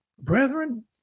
brethren